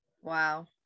Wow